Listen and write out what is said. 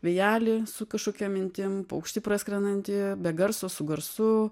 vėjelį su kažkokia mintim paukštį praskrendantį be garso su garsu